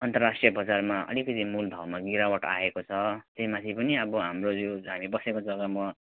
अन्तर्राष्ट्रिय बजारमा अलिकति मूलभावमा गिरावट आएको छ त्यही माथि पनि अब हाम्रो यो हामी बसेको जगामा